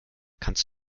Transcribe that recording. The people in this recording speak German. kannst